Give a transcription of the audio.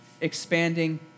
expanding